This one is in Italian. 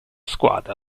squadra